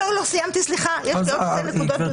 לא סיימתי, יש לי עוד שתי נקודות.